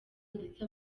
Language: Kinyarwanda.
ndetse